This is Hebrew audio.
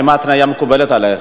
האם ההתניה מקובלת עלייך?